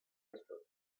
answer